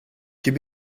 ket